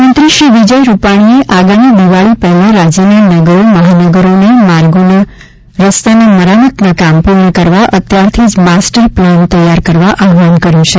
મુખ્યમંત્રી શ્રી વિજય રૂપાણીએ આગામી દિવાળી પહેલા રાજ્યના નગરો મહાનગરોના માર્ગો રસ્તાના મરામતના કામ પૂર્ણ કરવા અત્યારથી જ માસ્ટર પ્લાન તૈયાર કરવા આહવાન કર્યું છે